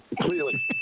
Clearly